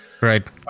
Right